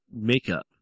Makeup